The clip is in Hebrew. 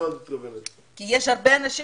יש הרבה אנשים